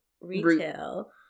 retail